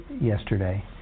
yesterday